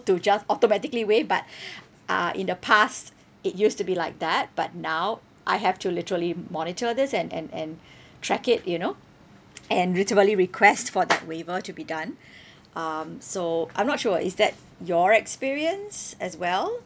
to just automatically waive but uh in the past it used to be like that but now I have to literally monitor this and and and track it you know and literally request for that waiver to be done um so I'm not sure is that your experience as well